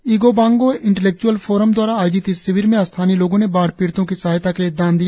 इगो बांगो intellectual forum द्वारा आयोजित इस शिविर में स्थानीय लोगों ने बाढ़ पीड़ितों की सहायता के लिए दान दिया